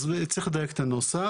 אז צריך לדייק את הנוסח.